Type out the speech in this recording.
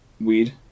weed